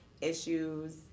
issues